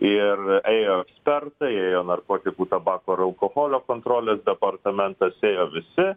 ir ėjo per tai ėjo narkotikų tabako ir alkoholio kontrolės departamentas ėjo visi